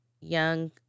young